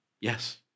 Yes